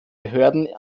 behörden